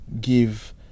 give